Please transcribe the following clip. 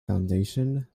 foundation